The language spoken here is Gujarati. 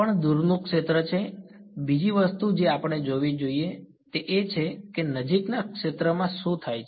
આ પણ દૂરનું ક્ષેત્ર છે બીજી વસ્તુ જે આપણે જોવી જોઈએ તે એ છે કે નજીકના ક્ષેત્રમાં શું થાય છે